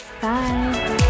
Bye